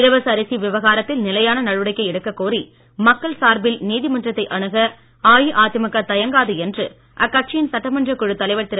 இலவச அரிசி விவகாரத்தில் நிலையான நடவடிக்கை எடுக்கக் கோரி மக்கள் சார்பில் நீதிமன்றத்தை அணுக அஇஅதிமுக தயங்காது என்று அக்கட்சியின் சட்டமன்றக் குழு தலைவர் திரு